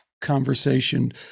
conversation